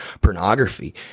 pornography